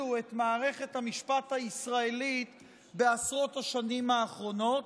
את מערכת המשפט הישראלית בעשרות השנים האחרונות,